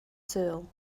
sul